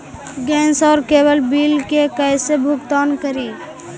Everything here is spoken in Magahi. गैस और केबल बिल के कैसे भुगतान करी?